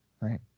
right